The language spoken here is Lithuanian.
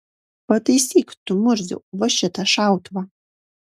pataisyk tu murziau va šitą šautuvą